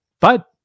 But-